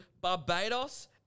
Barbados